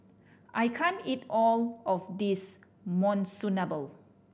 I can't eat all of this Monsunabe